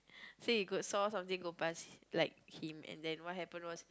so he could saw something go past like him and then what happened was